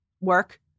work